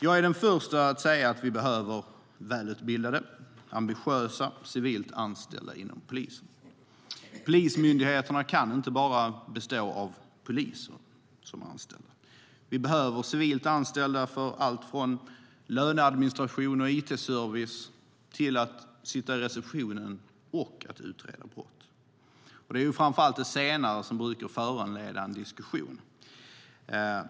Jag är den förste att säga att vi behöver välutbildade och ambitiösa civilt anställda inom polisen. Polismyndigheterna kan inte bara ha poliser som anställda. Vi behöver civilt anställda för allt från löneadministration och it-service till att sitta i receptionen och att utreda brott. Det är framför allt det senare som brukar föranleda en diskussion.